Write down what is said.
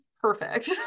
perfect